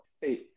Hey